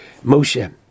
Moshe